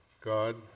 God